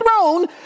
throne